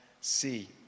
see